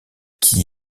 qui